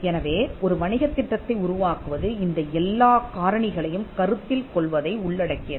எனவே ஒரு வணிகத் திட்டத்தை உருவாக்குவது இந்த எல்லாக் காரணிகளையும் கருத்தில் கொள்வதை உள்ளடக்கியது